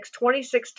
26